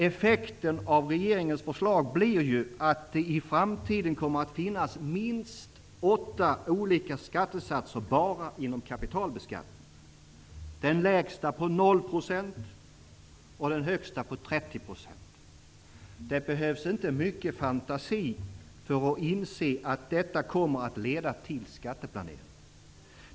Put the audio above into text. Effekten av regeringens förslag blir ju att det i framtiden kommer att finnas minst åtta olika skattesatser bara inom kapitalbeskattningen -- den lägsta på 0 % och den högsta på 30 %. Det behövs inte mycket fantasi för att inse att detta kommer att leda till skatteplanering.